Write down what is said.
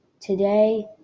today